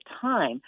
time